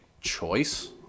choice